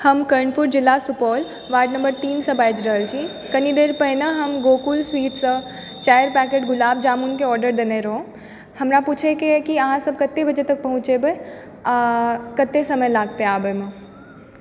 हम कर्णपुर जिला Supaul ward number तीनसँ बाजि रहल छी कनि देर पहिने हम गोकुल स्वीट्ससँ चारि पैकेट गुलाब जामुनके आर्डर देने रहुँ हमरा पुछयके अय कि अहाँसभ कतेक बजे तक पहुँचेबय आ कतेक समय लागतय आबयमे